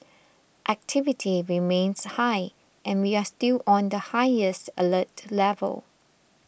activity remains high and we are still on the highest alert level